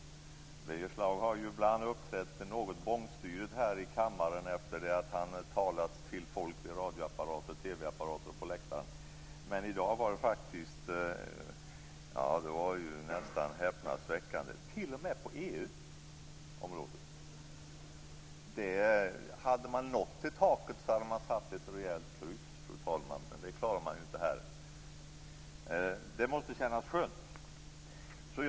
Birger Schlaug har ju ibland uppträtt något bångstyrigt här i kammaren efter det att han talat till folk vid radioapparater, TV-apparater och på läktaren. Men i dag var det nästan häpnadsväckande - t.o.m. på EU-området. Det måste kännas skönt. Hade man nått till taket, hade man satt ett rejält kryss, fru talman. Men det klarar man ju inte här.